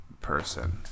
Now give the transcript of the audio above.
person